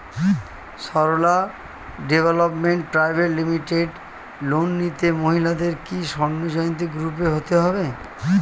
Sarala development private limited loan নিতে মহিলাদের কি স্বর্ণ জয়ন্তী গ্রুপে হতে হবে?